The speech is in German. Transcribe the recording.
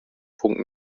punkt